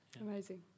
Amazing